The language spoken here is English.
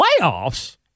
Playoffs